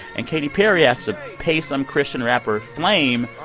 and katy perry has to pay some christian rapper, flame,